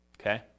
Okay